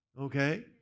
okay